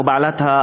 או בעלת הסמכות,